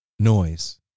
noise